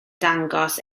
dangos